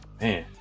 Man